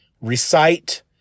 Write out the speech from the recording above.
recite